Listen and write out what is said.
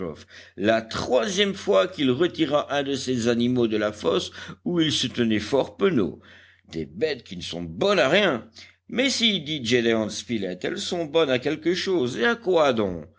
la troisième fois qu'il retira un de ces animaux de la fosse où il se tenait fort penaud des bêtes qui ne sont bonnes à rien mais si dit gédéon spilett elles sont bonnes à quelque chose et à quoi